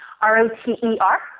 R-O-T-E-R